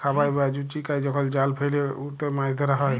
খাবাই বা জুচিকাই যখল জাল ফেইলে উটতে মাছ ধরা হ্যয়